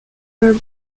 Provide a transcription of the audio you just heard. were